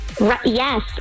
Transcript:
Yes